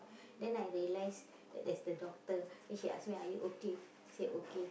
then I realize that that's the doctor then she ask me are you okay say okay